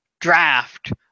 draft